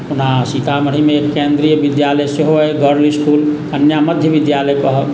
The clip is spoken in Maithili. ओना सीतामढ़ीमे केन्द्रीय विद्यालय सेहो अइ गर्ल इस्कुल कन्या मध्य विद्यालय कहब